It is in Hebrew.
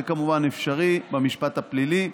זה כמובן אפשרי במשפט הפלילי,